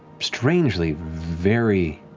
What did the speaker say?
strangely very